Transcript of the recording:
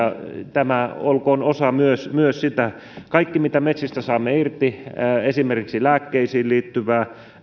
tämä olkoon myös osa sitä kaikki mitä metsistä saamme irti esimerkiksi lääkkeisiin liittyvää